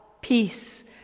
peace